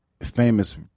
famous